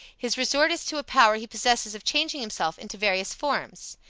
his resort is to a power he possesses of changing himself into various forms.